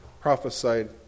prophesied